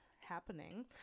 happening